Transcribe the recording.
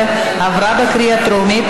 על העבודה בתנאים,